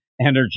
energy